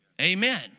Amen